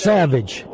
Savage